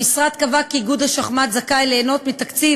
המשרד קבע כי איגוד השחמט זכאי ליהנות מתקציב